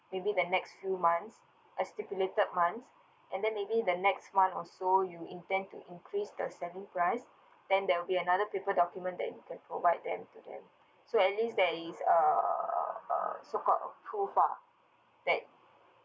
maybe the next few months estipulated months and then maybe the next month also you intend to increase the selling price then there'll be another paper document that you can provide them to them so at least there is uh uh so called a proof ah that